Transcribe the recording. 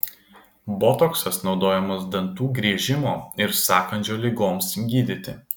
botoksas naudojamas dantų griežimo ir sąkandžio ligoms gydyti